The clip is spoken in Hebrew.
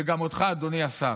וגם אותך, אדוני השר.